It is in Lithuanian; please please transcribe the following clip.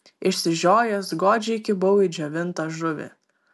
išsižiojęs godžiai kibau į džiovintą žuvį